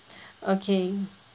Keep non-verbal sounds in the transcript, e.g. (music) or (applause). (breath) okay